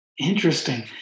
Interesting